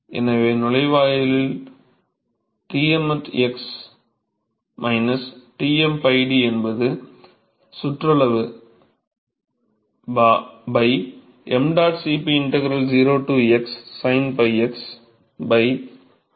எனவே நுழைவாயிலில் Tm at x Tm 𝞹 d என்பது சுற்றளவு ṁ Cp integral 0 to x sin 𝞹 x L dxSo that gives you the expression for the mean temperature as a function of x location